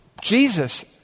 Jesus